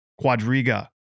Quadriga